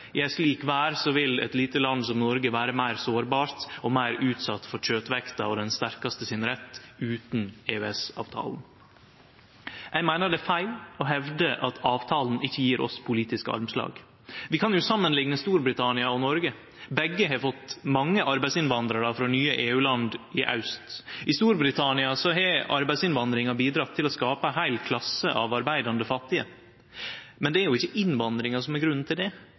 i ei slik verd vil eit lite land som Noreg vere meir sårbart og meir utsett for kjøtvekta og den sterkaste sin rett utan EØS-avtala. Eg meiner det er feil å hevde at avtala ikkje gjev oss politisk armslag. Vi kan samanlikne Storbritannia og Noreg. Begge har fått mange arbeidsinnvandrarar frå nye EU-land i aust. I Storbritannia har arbeidsinnvandringa bidrege til å skape ei heil klasse av arbeidande fattige. Men det er ikkje innvandringa som er grunnen til det,